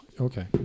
Okay